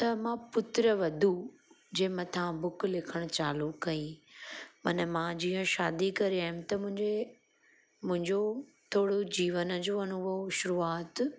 त मां पुत्र वधू जे मथां बुक लिखणु चालू कई माना मां जीअं शादी करे आयमि त मुंहिंजे मुंहिंजो थोरो जीवन जो अनुभव शुरुआति